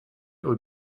would